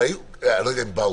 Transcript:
אני לא יודע אם באו.